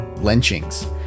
lynchings